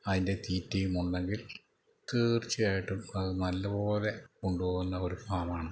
അതിൻ്റെ തീറ്റയും ഉണ്ടെങ്കിൽ തീർച്ചയായിട്ടും അത് നല്ലപോലെ കൊണ്ടു പോവുന്ന ഒരു ഫാമാണ്